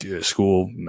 school